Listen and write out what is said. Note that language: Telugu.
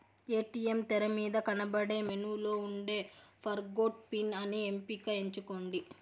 ఏ.టీ.యం తెరమీద కనబడే మెనూలో ఉండే ఫర్గొట్ పిన్ అనే ఎంపికని ఎంచుకోండి